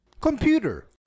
Computer